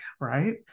right